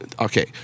okay